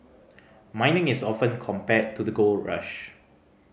mining is often compared to the gold rush